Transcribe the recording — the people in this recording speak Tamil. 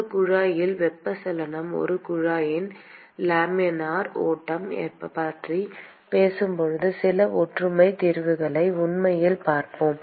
ஒரு குழாயில் வெப்பச்சலனம் ஒரு குழாயில் லேமினார் ஓட்டம் பற்றி பேசும்போது சில ஒற்றுமை தீர்வுகளை உண்மையில் பார்ப்போம்